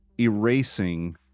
erasing